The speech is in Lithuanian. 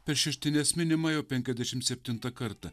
per šeštines minima jau penkiasdešim septintą kartą